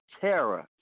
terror